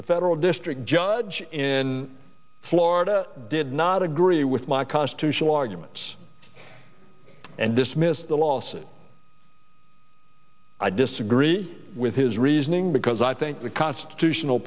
the federal district judge in florida did not agree with my constitutional arguments and dismissed the lawsuit i disagree with his reasoning because i think the constitutional